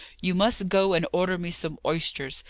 you must go and order me some oysters.